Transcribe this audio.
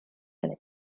hefyd